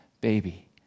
baby